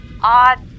odd